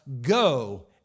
go